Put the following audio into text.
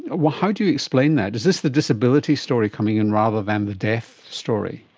ah how do you explain that? is this the disability story coming in rather than the death story?